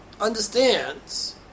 understands